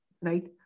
Right